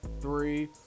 three